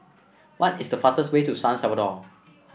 what is the fastest way to San Salvador